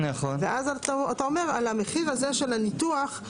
ואז אתה אומר שעל המחיר הזה של הניתוח,